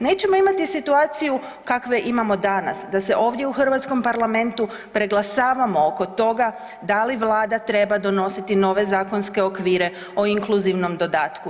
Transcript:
Nećemo imati situaciju kakve imamo danas da se ovdje u hrvatskom parlamentu preglasavamo oko toga da li Vlada treba donositi nove zakonske okvire o inkluzivnom dodatku.